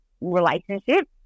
relationship